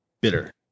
bitter